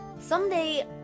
Someday